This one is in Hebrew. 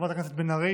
חברת הכנסת בן ארי